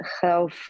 health